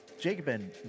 Jacobin